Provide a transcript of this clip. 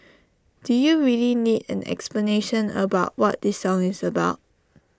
do you really need an explanation about what this song is about